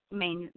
main